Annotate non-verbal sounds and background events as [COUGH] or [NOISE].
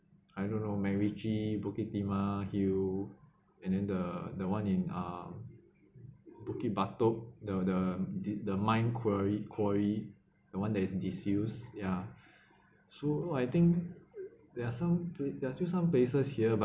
I don't know macritchie bukit timah hill and then the the one in uh bukit batok the the did the mine quarry quarry the one that is disused ya [BREATH] so I think there are some there are still some places here but